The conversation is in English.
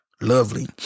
lovely